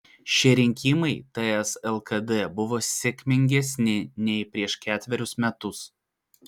šie rinkimai ts lkd buvo sėkmingesni nei prieš ketverius metus